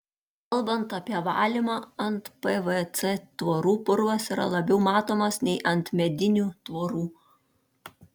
kalbant apie valymą ant pvc tvorų purvas yra labiau matomas nei ant medinių tvorų